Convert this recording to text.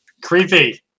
creepy